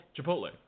Chipotle